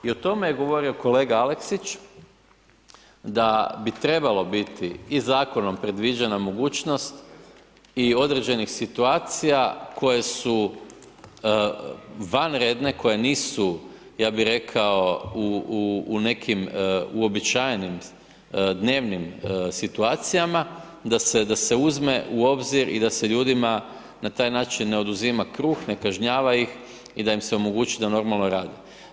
I o tome je govorio kolega Aleksić, da bi trebalo biti i Zakonom predviđena mogućnost i određenih situacija koje su vanredne, koje nisu, ja bi rekao u nekim uobičajenim dnevnim situacijama, da se uzme u obzir i da se ljudima na taj način ne oduzima kruh, ne kažnjava ih i da im se omogući da normalno rade.